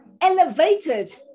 elevated